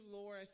Lord